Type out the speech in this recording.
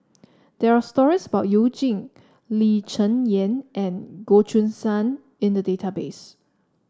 there are stories about You Jin Lee Cheng Yan and Goh Choo San in the database